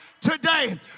today